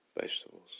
vegetables